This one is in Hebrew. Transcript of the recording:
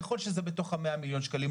ככל שזה בתוך ה-100 מיליון שקלים,